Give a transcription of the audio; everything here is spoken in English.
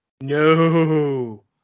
No